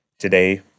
today